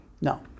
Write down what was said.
No